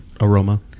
Aroma